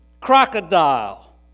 crocodile